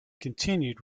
continued